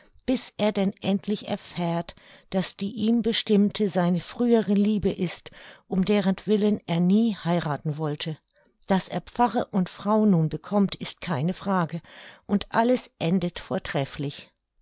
bis er denn endlich erfährt daß die ihm bestimmte seine frühere liebe ist um derenwillen er nie heirathen wollte daß er pfarre und frau nun bekommt ist keine frage und alles endet vortrefflich